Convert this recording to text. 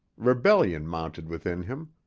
rebellion mounted within him.